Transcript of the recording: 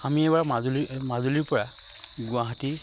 আমি এবাৰ মাজুলী মাজুলীৰ পৰা গুৱাহাটী